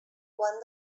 quant